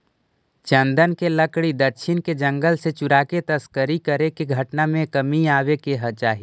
चन्दन के लकड़ी दक्षिण के जंगल से चुराके तस्करी करे के घटना में कमी आवे के चाहि